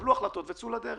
קבלו החלטות וצאו לדרך.